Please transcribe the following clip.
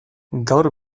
gaur